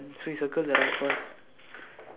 the one on the right doesn't have ribbon so you circle